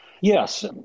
Yes